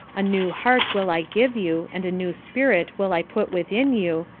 a new heart will i give you, and a new spirit will i put within you,